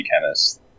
chemist